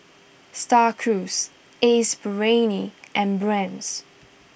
Star Cruise Ace Brainery and Brand's